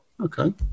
Okay